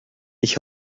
ich